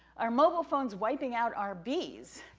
are mobile phones wiping out our bees,